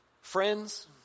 Friends